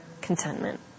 contentment